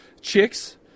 chicks